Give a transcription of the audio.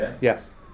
Yes